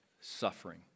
suffering